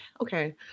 okay